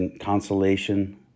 consolation